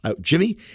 Jimmy